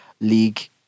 league